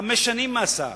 חמש שנים מאסר